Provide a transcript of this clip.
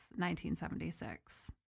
1976